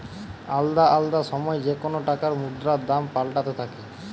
আলদা আলদা সময় যেকোন টাকার মুদ্রার দাম পাল্টাতে থাকে